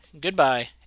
goodbye